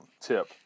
tip